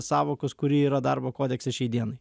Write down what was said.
sąvokos kuri yra darbo kodekse šiai dienai